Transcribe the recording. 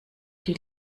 die